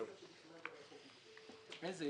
איזה?